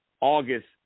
August